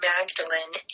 Magdalene